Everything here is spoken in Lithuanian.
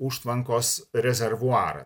užtvankos rezervuarą